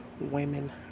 women